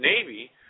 Navy